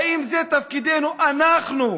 האם זה תפקידנו שלנו